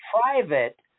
private